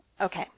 Okay